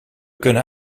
kunnen